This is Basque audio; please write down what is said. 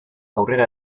aurrera